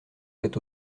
fait